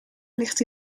ligt